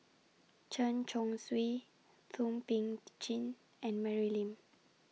Chen Chong Swee Thum Ping Tjin and Mary Lim